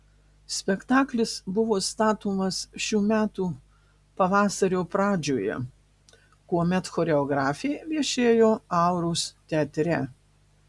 spektaklis buvo statomas šių metų pavasario pradžioje kuomet choreografė viešėjo auros teatre